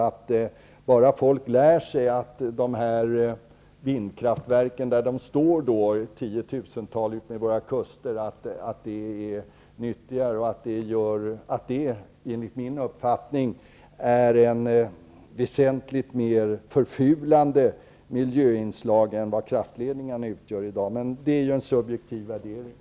Han säger att folk inte kommer att uppfatta vindkraftverken som förfulande bara de lär sig att de är nyttiga där de står i tiotusental utmed våra kuster. Enligt min uppfattning skulle detta vara ett väsentligt mer förfulande miljöinslag än dagens kraftledningarna. Men det är ju en subjektiv värdering.